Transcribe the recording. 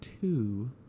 two